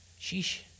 Sheesh